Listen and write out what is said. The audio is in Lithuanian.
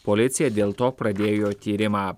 policija dėl to pradėjo tyrimą